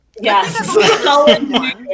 Yes